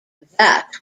that